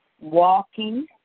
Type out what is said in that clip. walking